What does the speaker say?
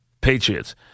Patriots